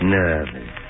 nervous